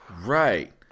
Right